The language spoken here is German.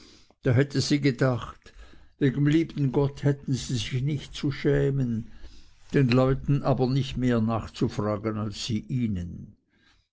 da hätte sie gedacht wegem lieben gott hätten sie sich nicht zu schämen den leuten aber nicht mehr nachzufragen als sie ihnen